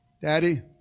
Daddy